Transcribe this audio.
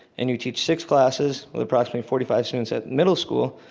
and you teach six classes with approximately forty five students at middle school,